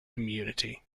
community